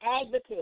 advocate